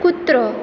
कुत्रो